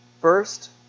First